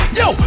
yo